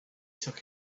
took